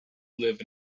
live